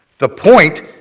the point